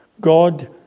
God